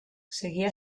seguía